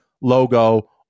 logo